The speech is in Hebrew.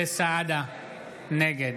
נגד